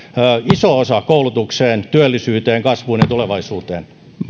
iso osa koulutukseen työllisyyteen kasvuun ja tulevaisuuteen